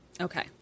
okay